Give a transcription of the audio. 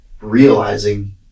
realizing